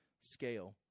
scale